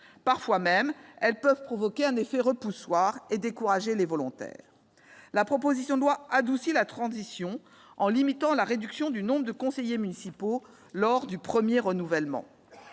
Parfois même, elle peut provoquer un effet repoussoir et décourager les volontaires. La proposition de loi adoucit la transition en limitant la réduction du nombre de conseillers municipaux lors du premier renouvellement.